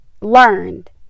learned